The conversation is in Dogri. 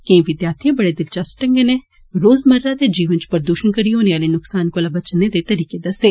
केईएं विद्यार्थिएं बड़े दिलचस्प ढंगै नै रोजमर्रा दे जीवनै च प्रदूशण करी होने आले नुक्सान कोला बचने दे तरीकें दस्से